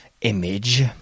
image